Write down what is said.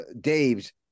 Dave's